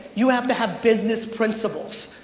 you have to have business principles.